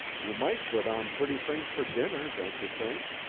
you might put on pretty things for dinner, don't you think?